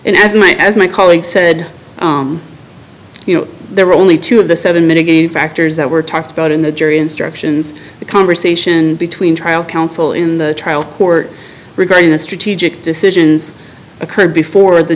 and as my as my colleague said you know there were only two of the seven men again factors that were talked about in the jury instructions the conversation between trial counsel in the trial court regarding the strategic decisions occurred before the